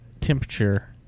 temperature